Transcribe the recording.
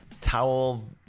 Towel